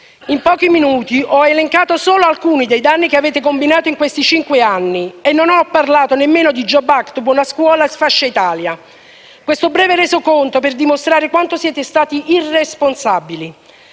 In pochi minuti ho elencato solo alcuni dei danni che avete combinato in questi cinque anni e non ho parlato nemmeno di *jobs act*, buona scuola, sfascia Italia. Questo breve resoconto per dimostrare quanto siete stati irresponsabili.